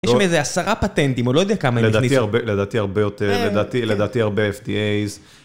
יש שם איזה עשרה פטנטים, או לא יודע כמה הם נכניסו. לדעתי הרבה יותר, לדעתי הרבה FTA's.